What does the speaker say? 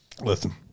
Listen